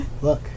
Look